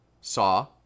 saw